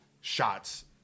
shots